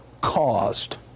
caused